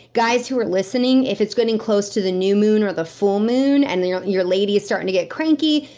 guys who are listening, if it's getting close to the new moon or the full moon, and your your lady is starting to get cranky,